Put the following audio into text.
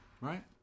right